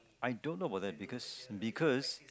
I don't know about that because because